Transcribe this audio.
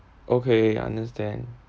okay understand